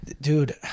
Dude